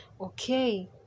okay